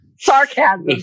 Sarcasm